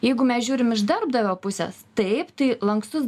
jeigu mes žiūrim iš darbdavio pusės taip tai lankstus